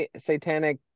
satanic